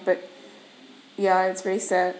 but ya it's very sad